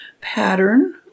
pattern